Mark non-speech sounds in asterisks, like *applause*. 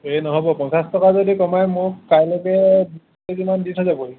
এই নহ'ব পঞ্চাছ টকা যদি কমাই মোক কাইলৈকে *unintelligible* কেজিমান দি থৈ যাবহি